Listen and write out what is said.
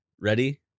Ready